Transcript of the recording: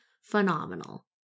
Phenomenal